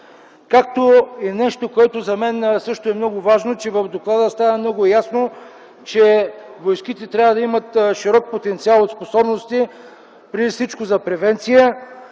съюз. Нещо, което е много важно за мен, е, че в доклада става много ясно, че войските трябва да имат широк потенциал от способности преди всичко за превенция,